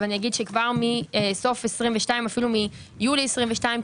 אני אומר שכבר מסוף 2022 ואפילו מיולי 2022,